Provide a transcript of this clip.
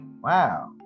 wow